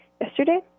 yesterday